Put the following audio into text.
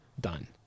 done